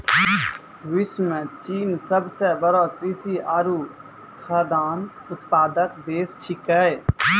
विश्व म चीन सबसें बड़ो कृषि आरु खाद्यान्न उत्पादक देश छिकै